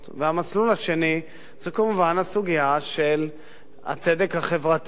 והמסלול השני הוא כמובן הסוגיה של הצדק החברתי,